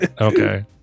Okay